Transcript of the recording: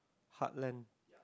heartland